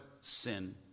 sin